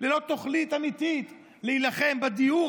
ללא תוכנית אמיתית להילחם בדיור,